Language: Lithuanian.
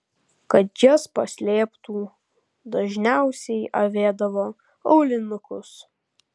kad jas paslėptų dažniausiai avėdavo aulinukus